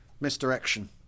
Misdirection